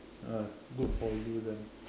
ah good for you then